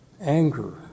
anger